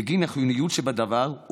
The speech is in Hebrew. בגין החיוניות שבדבר,